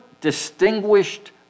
distinguished